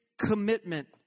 commitment